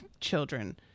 children